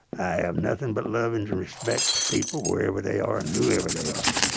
i have nothing but love and respect for people, wherever they are and whoever they are.